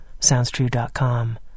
Soundstrue.com